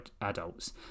adults